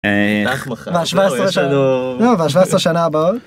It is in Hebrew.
‫תמך בך, ‫-17 שנה, 17 שנה הבאות.